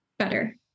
better